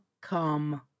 come